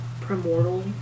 primordial